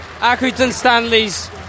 Accrington-Stanley's